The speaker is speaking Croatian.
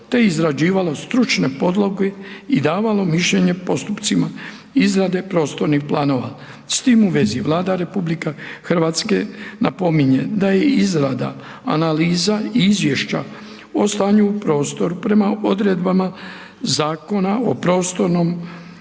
te izrađivalo stručne podloge i davalo mišljenje postupcima izrade prostornih planova. S tim u vezi, Vlada RH napominje da je izrada analiza i izvješća o stanju u prostoru prema odredbama Zakona o prostornom